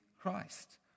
Christ